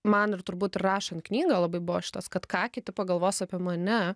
man ir turbūt rašant knygą labai buvo šitas kad ką kiti pagalvos apie mane